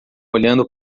olhando